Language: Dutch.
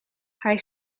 hij